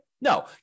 No